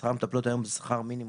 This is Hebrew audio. שכר המטפלות היום הוא שכר מינימום.